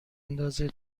ندازه